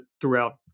throughout